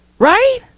Right